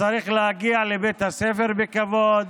וצריך להגיע לבית הספר בכבוד,